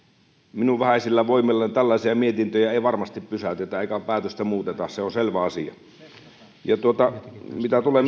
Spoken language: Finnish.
minun vähäisillä voimillani tällaisia mietintöjä ei varmasti pysäytetä eikä päätöstä muuteta se on selvä asia ja mitä tulee